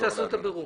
תעשו את הבירור.